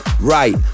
right